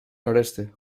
noroeste